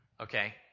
okay